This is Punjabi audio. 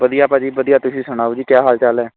ਵਧੀਆ ਭਾਜੀਅ ਵਧੀਆ ਤੁਸੀਂ ਸੁਣਾਓ ਜੀ ਕੀ ਹਾਲ ਚਾਲ ਹੈ